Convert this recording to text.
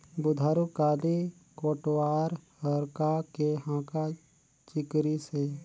बुधारू काली कोटवार हर का के हाँका चिकरिस हे?